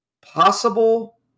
possible